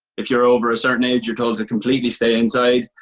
if you're over a certain age, you're told to completely stay inside.